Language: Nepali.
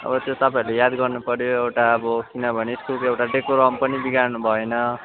अब त्यो तपाईँहरूले याद गर्नुपर्यो एउटा अब किनभने स्कुलको एउटा डेकोरम पनि बिगार्नु भएन